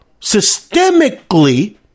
systemically